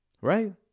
Right